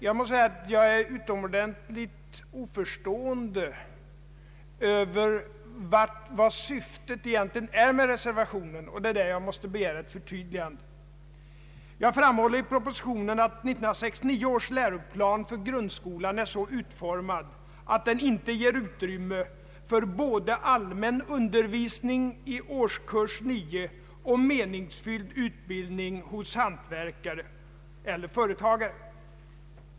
Jag måste säga att jag är utomordentligt oförstående till vad syftet egentligen är med denna reservation, och jag måste begära ett förtydligande. Jag framhåller i propositionen att 1969 års läroplan för grundskolan är så utformad, att den inte ger utrymme för både allmän undervisning i årskurs 9 och meningsfylld utbildning hos hantverkare eller företagare.